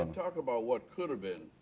um talk about what could have been